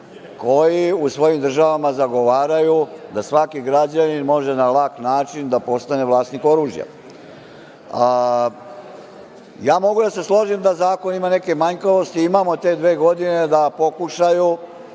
koji u svojim državama zagovaraju da svaki građanin može na lak način da postane vlasnik oružja. Ja mogu da se složim da zakon ima neke manjkavosti. Imamo te dve godine da pokušaju